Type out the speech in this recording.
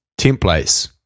templates